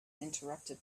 interrupted